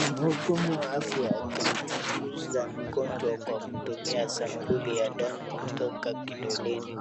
Mhudumu wa afya akimchunguza mgonjwa kwa kutumia sampuli ya damu kutoka kidoleni.